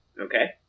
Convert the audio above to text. Okay